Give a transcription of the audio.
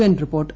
N report